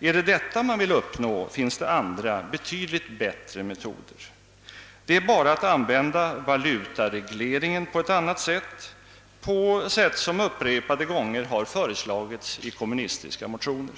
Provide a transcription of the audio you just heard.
Är det detta man vill uppnå, finns det andra, betydligt bättre metoder. Det är bara att använda valutaregleringen på ett annat sätt — så som upprepade gånger föreslagits i kommunistiska. motioner.